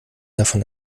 davon